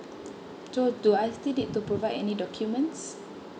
so do I still need to provide any documents